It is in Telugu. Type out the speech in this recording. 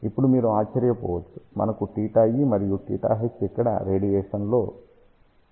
ఇప్పుడు మీరు ఆశ్చర్యపోవచ్చు మనకు θE మరియు θH ఇక్కడ రేడియన్లో θE